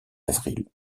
avril